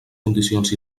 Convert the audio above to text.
condicions